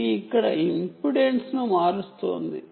ఇది ఇక్కడ ఇంపెడెన్స్ను మారుస్తోంది